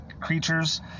creatures